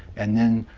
and then,